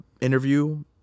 interview